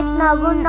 la la